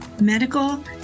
medical